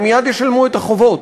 הם מייד ישלמו את החובות.